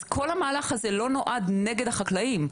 אז כל המהלך הזה לא נועד נגד החקלאים.